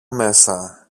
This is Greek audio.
μέσα